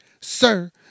sir